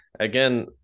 Again